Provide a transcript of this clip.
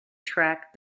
track